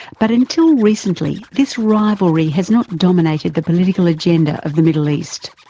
but until recently this rivalry has not dominated the political agenda of the middle east.